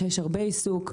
שיש הרבה עיסוק,